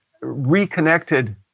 reconnected